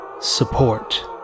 support